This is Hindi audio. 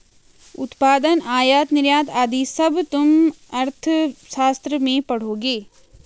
उत्पादन, आयात निर्यात आदि सब तुम अर्थशास्त्र में पढ़ोगे